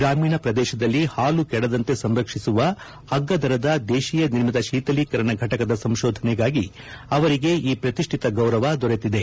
ಗ್ರಾಮೀಣ ಪ್ರದೇಶದಲ್ಲಿ ಹಾಲು ಕೆಡದಂತೆ ಸಂರಕ್ಷಿಸುವ ಅಗ್ಗ ದರದ ದೇತೀಯ ನಿರ್ಮಿತ ತೀಥಲೀಕರಣ ಘಟಕದ ಸಂಶೋಧನೆಗಾಗಿ ಅವರಿಗೆ ಈ ಪ್ರತಿಷ್ಠಿತ ಗೌರವ ದೊರತಿದೆ